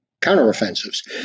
counteroffensives